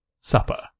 Supper